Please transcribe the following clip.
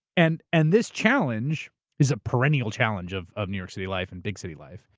and and this challenge is a perennial challenge of of new york city life, and big city life.